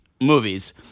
movies